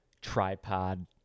Tripod